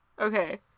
Okay